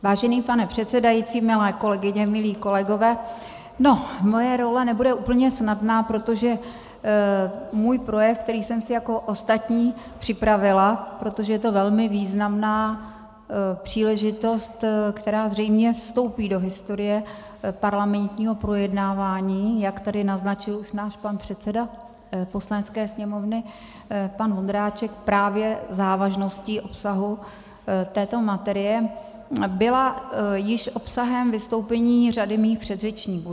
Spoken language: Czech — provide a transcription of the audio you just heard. Vážený pane předsedající, milé kolegyně, milí kolegové, moje role nebude úplně snadná, protože můj projev, který jsem si jako ostatní připravila, protože je to velmi významná příležitost, která zřejmě vstoupí do historie parlamentního projednávání jak tedy už naznačil náš pan předseda Poslanecké sněmovny pan Vondráček právě závažností obsahu této materie, byla již obsahem vystoupení řady mých předřečníků.